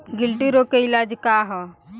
गिल्टी रोग के इलाज का ह?